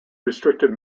restrictive